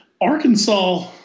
Arkansas